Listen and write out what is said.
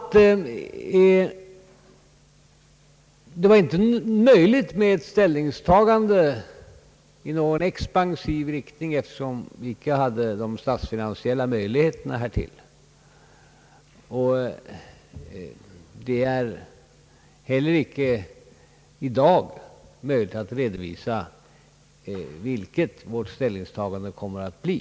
Det var inte möjligt med ett ställningstagande i expansiv riktning, eftersom vi inte hade de statsfinansiella möjligheterna härtill. Det är heller icke i dag möjligt att redovisa vilket vårt ställningstagande kommer att bli.